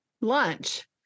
lunch